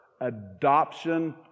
adoption